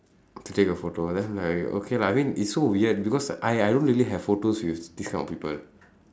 to take a photo then like okay lah I mean it's so weird because I I don't really have photos with these kind of people